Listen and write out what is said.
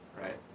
Right